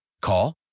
Call